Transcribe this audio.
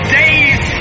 days